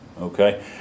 okay